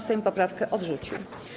Sejm poprawkę odrzucił.